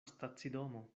stacidomo